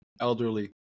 elderly